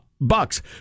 bucks